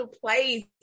place